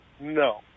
no